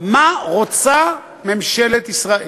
מה רוצה ממשלת ישראל?